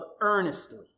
earnestly